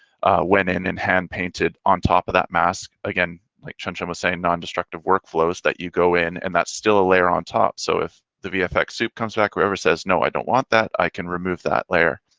went in and hand painted on top of that mask. again, like chin chin was saying non-destructive workflows that you go in and that's still a layer on top. so, if the vfx sup comes back whoever says, no, i don't want that. i can remove that layer.